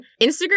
Instagram